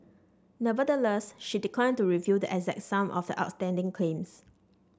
nevertheless she declined to reveal the exact sum of the outstanding claims